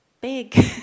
big